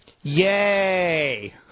Yay